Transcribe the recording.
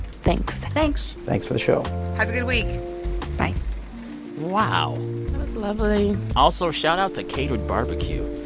thanks thanks thanks for the show have a good week bye wow that was lovely also, shout-out to catered barbecue.